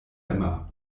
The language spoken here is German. immer